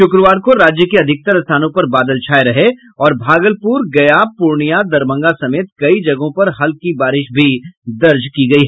शुक्रवार को राज्य के अधिकतर स्थानों पर बादल छाये रहे और भागलपुर गया पूर्णिया दरभंगा समेत कई जगहों पर हल्की बारिश भी दर्ज की गयी